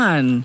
One